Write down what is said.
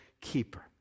keeper